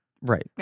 Right